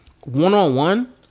one-on-one